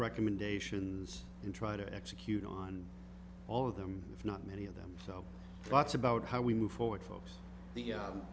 recommendations and try to execute on all of them if not many of them so thoughts about how we move forward folks